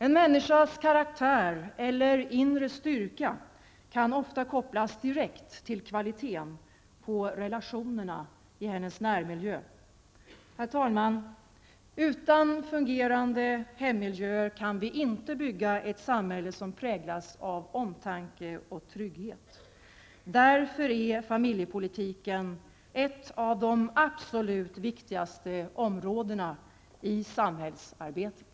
En människas karaktär eller inre styrka kan ofta kopplas direkt till kvaliteten på relationerna i hennes närmiljö. Herr talman! Utan fungerande hemmiljöer kan vi inte bygga ett samhälle, som präglas av omtanke och trygghet. Därför är familjepolitiken ett av de absolut viktigaste områdena i samhällsarbetet.